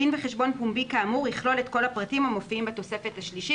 דין וחשבון פומבי כאמור יכלול את ל הפרטים המופיעים בתוספת השלישית.